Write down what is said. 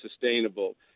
sustainable